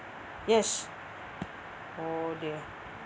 yes oh dear